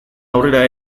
aurrera